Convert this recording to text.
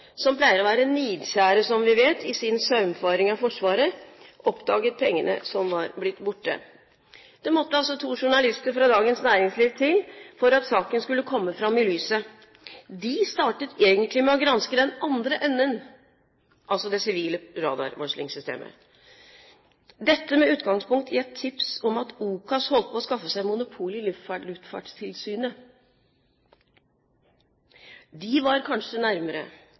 som pleier å være nidkjære, som vi vet, i sin saumfaring av Forsvaret, oppdaget pengene som var blitt borte. Det måtte altså to journalister fra Dagens Næringsliv til for at saken skulle komme fram i lyset. De startet egentlig med å granske den andre enden, altså det sivile radarvarslingssystemet – dette med utgangspunkt i et tips om at OCAS holdt på å skaffe seg monopol i Luftfartstilsynet. De var kanskje nærmere